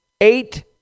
eight